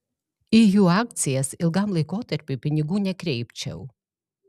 į jų akcijas ilgam laikotarpiui pinigų nekreipčiau